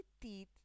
teeth